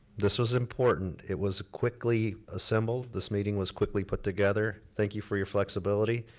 this was important. it was quickly assembled, this meeting was quickly put together. thank you for your flexibility,